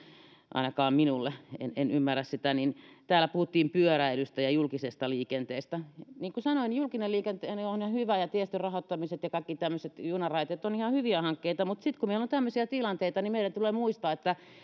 ainakaan minulle en en ymmärrä sitä täällä puhuttiin pyöräilystä ja julkisesta liikenteestä niin kuin sanoin julkinen liikenne on hyvä ja tiestön rahoittamiset ja kaikki tämmöiset junaraiteet ovat ihan hyviä hankkeita mutta sitten kun meillä on tämmöisiä tilanteita niin meidän tulee muistaa että